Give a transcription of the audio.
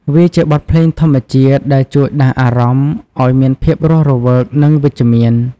វាជាបទភ្លេងធម្មជាតិដែលជួយដាស់អារម្មណ៍ឱ្យមានភាពរស់រវើក និងវិជ្ជមាន។